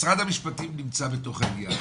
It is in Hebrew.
משרד המשפטים נמצא בתוך העניין,